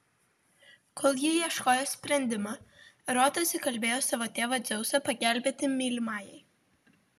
kol ji ieškojo sprendimo erotas įkalbėjo savo tėvą dzeusą pagelbėti mylimajai